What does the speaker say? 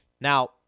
Now